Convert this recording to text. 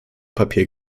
papier